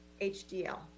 HDL